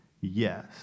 Yes